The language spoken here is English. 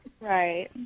Right